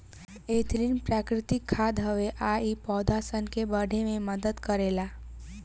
ethylene प्राकृतिक खाद हवे आ इ पौधा सन के बढ़े में मदद करेला